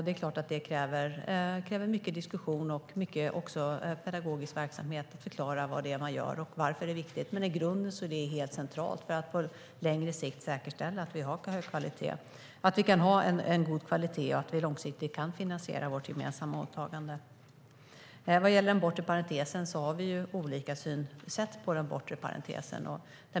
Det är klart att det kräver mycket diskussion och pedagogisk verksamhet att förklara vad som görs och varför det är viktigt. Men i grunden är det helt centralt för att på längre sikt säkerställa en god kvalitet och att det går att långsiktigt finansiera vårt gemensamma åtagande. Vi har olika synsätt på den bortre parentesen.